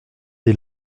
des